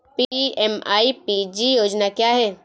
PMEPG योजना क्या है?